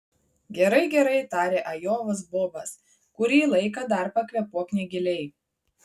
gerai gerai tarė ajovos bobas kurį laiką dar pakvėpuok negiliai